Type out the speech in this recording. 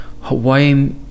hawaii